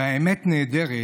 "והאמת, נעדרת",